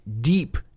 deep